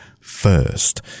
first